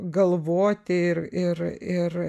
galvoti ir ir ir